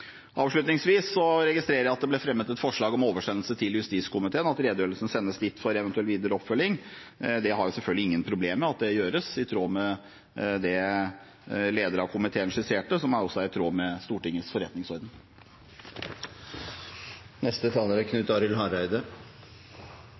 Avslutningsvis: Jeg registrerte at det ble fremmet forslag om at redegjørelsen oversendes justiskomiteen for eventuell videre oppfølging. Jeg har selvfølgelig ingen problemer med at det gjøres, i tråd med det komiteens leder skisserte, som også er i tråd med Stortingets forretningsorden.